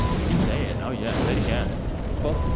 you can say it. oh, yeah, say it again but